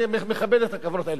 אני מכבד את הכוונות האלה,